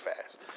fast